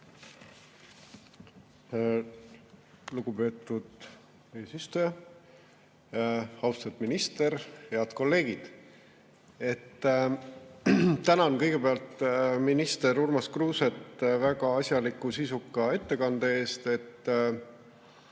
Lugupeetud eesistuja! Austatud minister! Head kolleegid! Tänan kõigepealt minister Urmas Kruuset väga asjaliku ja sisuka ettekande eest.